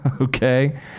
okay